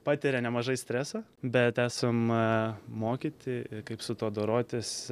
patiria nemažai streso bet esam mokyti kaip su tuo dorotis